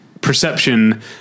perception